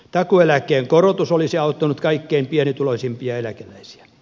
takuueläkkeen korotus olisi auttanut kaikkein pienituloisimpia eläkeläisiä